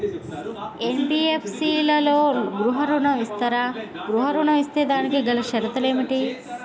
NBFC లలో గృహ ఋణం ఇస్తరా? గృహ ఋణం ఇస్తే దానికి గల షరతులు ఏమిటి?